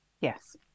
yes